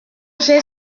j’ai